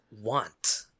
want